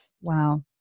wow